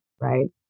right